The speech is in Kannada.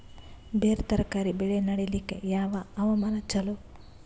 ಬೇರ ತರಕಾರಿ ಬೆಳೆ ನಡಿಲಿಕ ಯಾವ ಹವಾಮಾನ ಚಲೋ?